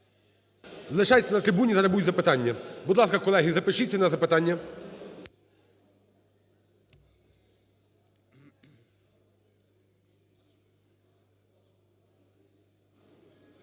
Лишайтеся на трибуні, зараз будуть запитання. Будь ласка, колеги, запишіться на запитання.